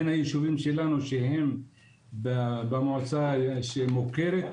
הן היישובים שלנו שהם במועצה שמוכרת,